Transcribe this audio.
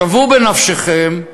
שוו בנפשכם,